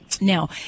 Now